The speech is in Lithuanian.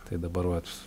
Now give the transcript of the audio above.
tai dabar vat